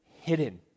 hidden